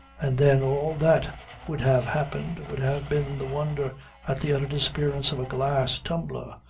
and then all that would have happened would have been the wonder at the utter disappearance of a glass tumbler,